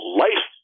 life